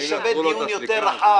זה מחייב דיון רחב יותר.